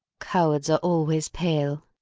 cowards are always pale!